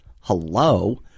hello